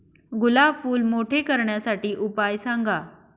गुलाब फूल मोठे करण्यासाठी उपाय सांगा?